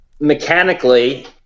mechanically